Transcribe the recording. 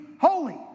holy